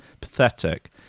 pathetic